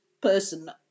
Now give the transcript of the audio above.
person